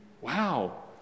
Wow